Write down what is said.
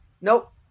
Nope